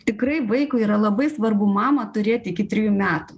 tikrai vaikui yra labai svarbu mamą turėt iki trejų metų